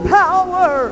power